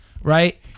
right